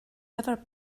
river